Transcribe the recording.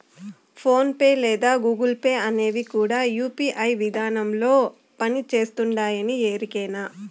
phone pay లేదా Google Pay అనేవి కూడా యూ.పీ.ఐ విదానంలోనే పని చేస్తుండాయని ఎరికేనా